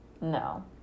No